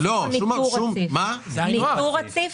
זה ניטור רציף?